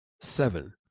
seven